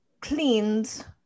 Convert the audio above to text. cleaned